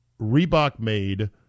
Reebok-made